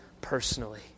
personally